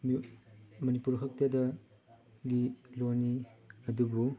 ꯃꯅꯤꯄꯨꯔ ꯈꯛꯇꯗꯒꯤ ꯂꯣꯟꯅꯤ ꯑꯗꯨꯕꯨ